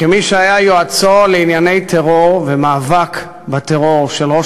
כמי שהיה יועצו לענייני טרור ומאבק בטרור של ראש